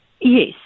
Yes